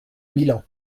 milan